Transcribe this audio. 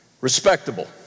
Respectable